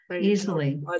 easily